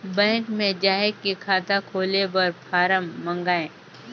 Bank मे जाय के खाता खोले बर फारम मंगाय?